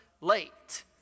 late